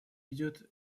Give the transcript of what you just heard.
идет